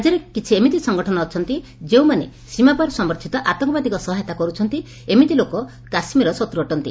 ରାଜ୍ୟରେ କିଛି ଏମିତି ସଂଗଠନ ଅଛନ୍ତି ଯେଉଁମାନେ ସୀମାପାର ସମର୍ଥିତ ଆତଙ୍କବାଦୀଙ୍କ ସହାହୟତା କରୁଛନ୍ତି ଏମିତି ଲୋକ କାଶ୍ମୀରରେ ଶତ୍ର ଅଟନ୍ତି